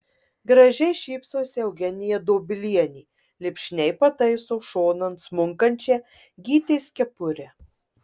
gražiai šypsosi eugenija dobilienė lipšniai pataiso šonan smunkančią gytės kepurę